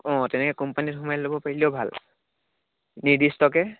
অঁ তেনেকৈ কোম্পানীত সোমাই ল'ব পাৰিলেও ভাল নিৰ্দিষ্টকৈ